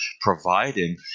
providing